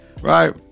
right